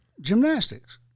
Gymnastics